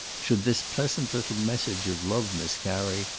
should this pleasant little message of love miscarry,